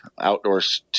outdoors